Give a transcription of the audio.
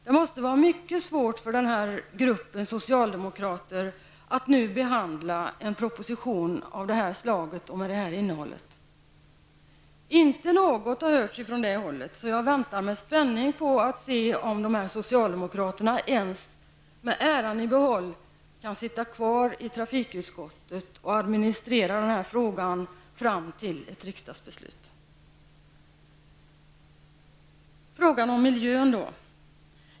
Det måste vara mycket svårt för den gruppen socialdemokrater att nu behandla en proposition av det här slaget och med detta innehåll. Inte något har hörts från det hållet, så jag väntar med spänning på att se om dessa socialdemokrater ens med äran i behåll kan sitta kvar i trafikutskottet och administrera den här frågan fram till ett riksdagsbeslut. Så till frågan om miljön.